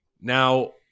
Now